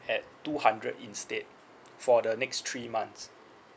at two hundred instead for the next three months